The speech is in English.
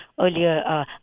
earlier